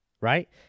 right